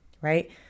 right